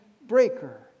breaker